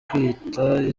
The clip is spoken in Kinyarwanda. kwiyita